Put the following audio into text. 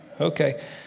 Okay